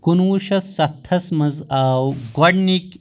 کُنوُہ شٮ۪تھ سَتتھس منٛز آو گۄڈنِکۍ